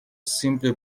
simply